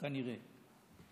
כנראה.